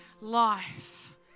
life